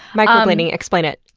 microblading, explain it.